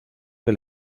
que